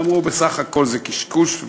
ואמרו: "בסך הכול זה קשקוש",